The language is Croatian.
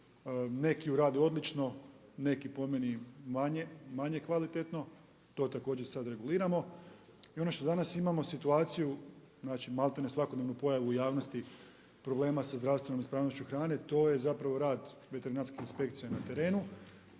Neki ju rade odlično, neki po meni manje kvalitetno, to također sada reguliramo. I ono što danas imamo situaciju znači malte ne svakodnevnu pojavu u javnosti problema sa zdravstvenom ispravnošću hrane, to je zapravo rad veterinarskih inspekcija na terenu.